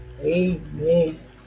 Amen